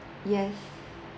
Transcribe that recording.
yes